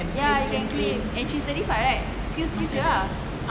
ya you can claim and she is thirty five right skills future lah